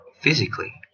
physically